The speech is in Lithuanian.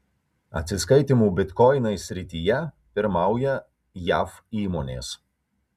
atsiskaitymų bitkoinais srityje pirmauja jav įmonės